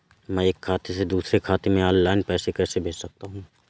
मैं एक खाते से दूसरे खाते में ऑनलाइन पैसे कैसे भेज सकता हूँ?